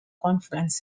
conference